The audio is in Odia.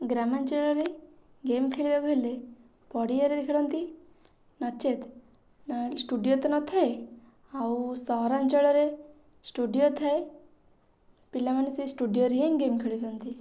ଗ୍ରାମାଞ୍ଚଳରେ ଗେମ୍ ଖେଳିବାକୁ ହେଲେ ପଡ଼ିଆରେ ଖେଳନ୍ତି ନଚେତ୍ ଷ୍ଟୁଡ଼ିଓ ତ ନଥାଏ ଆଉ ସହରାଞ୍ଚଳରେ ଷ୍ଟୁଡ଼ିଓ ଥାଏ ପିଲାମାନେ ସେଇ ଷ୍ଟୁଡ଼ିଓରେ ହିଁ ଗେମ୍ ଖେଳି ଦିଅନ୍ତି